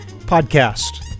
Podcast